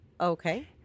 Okay